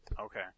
Okay